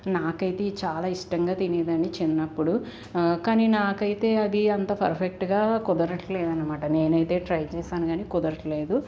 నాకైతే ఇది చాలా ఇష్టంగా తినేదాన్ని చిన్నప్పుడు కానీ నాకైతే అది అంత పర్ఫెక్ట్గా కుదరట్లేదనమాట నేనైతే ట్రై చేసాను కానీ కుదరట్లేదు